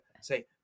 say